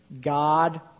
God